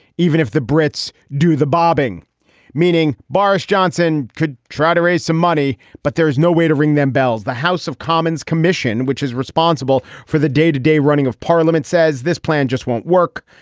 even if the brits do the bobbing meaning, boris johnson could try to raise some money, but there is no way to ring them bells. the house of commons commission, which is responsible for the day to day running of parliament, says this plan just won't work.